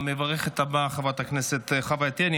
המברכת הבאה, חברת הכנסת חוה אתי עטייה.